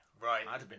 Right